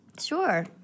Sure